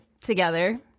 together